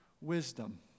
wisdom